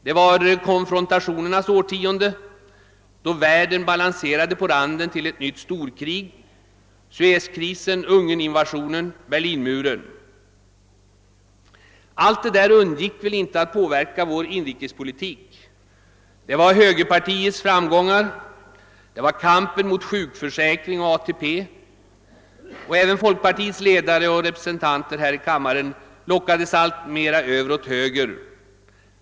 Det var konfrontationernas årtionde, då världen balanserade på randen till ett nytt storkrig: Suezkrisen, Ungerninvasionen, Berlinmuren. Allt detta undgick inte att påverka vår inrikespolitik. Där var högerpartiets framgångar, där var kampen mot sjukförsäkring och ATP. Även folkpartiets ledare och representanter här i kammaren lockades över alltmer åt höger.